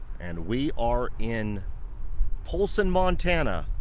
and we are in polson, montana.